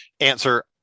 answer